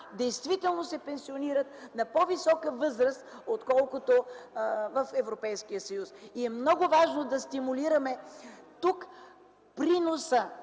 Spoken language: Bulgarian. действително се пенсионират на по-висока възраст отколкото в Европейския съюз. Много е важно тук да стимулираме осигурителния